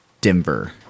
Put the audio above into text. Denver